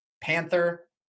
Panther